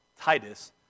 Titus